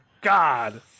god